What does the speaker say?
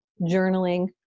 journaling